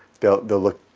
they'll they'll look,